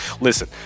Listen